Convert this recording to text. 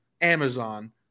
Amazon